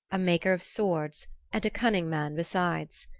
a maker of swords and a cunning man besides.